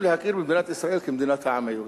להכיר במדינת ישראל כמדינת העם היהודי.